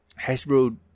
Hasbro